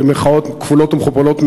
במירכאות כפולות ומכופלות,